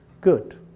good